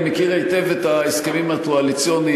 אני מכיר היטב את ההסכמים הקואליציוניים.